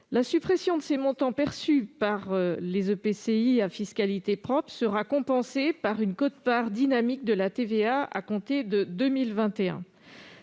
La suppression de ces montants perçus par les EPCI à fiscalité propre sera compensée par une quote-part dynamique de la TVA à compter de 2021.